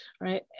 Right